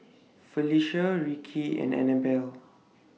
Felecia Rickie and Anabelle